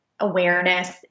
Awareness